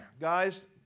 Guys